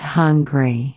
hungry